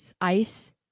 ice